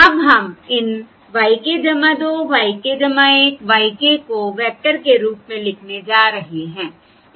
अब हम इन y k 2 y k 1 y k को वेक्टर के रूप में लिखने जा रहे हैं